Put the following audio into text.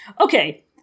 okay